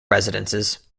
residences